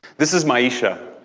this is maiyishia.